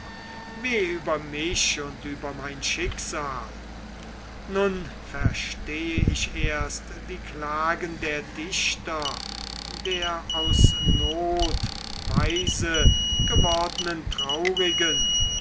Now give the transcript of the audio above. weh über mich und mein schicksal nun verstehe ich erst die klagen der dichter der aus not weise gewordenen traurigen